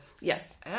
Yes